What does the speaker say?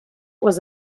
was